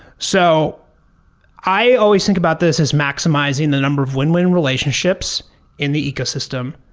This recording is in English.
so i always think about this as maximizing the number of win-win relationships in the ecosystem.